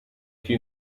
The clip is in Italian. più